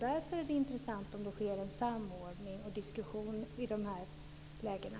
Därför är det intressant om det sker en samordning och diskussion i de här lägena.